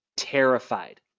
terrified